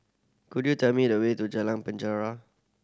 could you tell me the way to Jalan Penjara